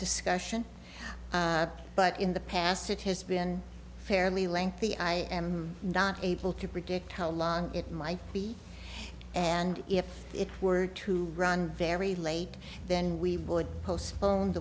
discussion but in the past it has been fairly lengthy i am not able to predict how long it might be and if it were to run very late then we would postpone